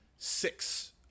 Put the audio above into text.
six